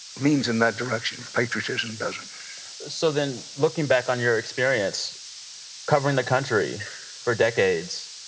leans in that direction patriotism doesn't so then looking back on your experience covering the country for decades,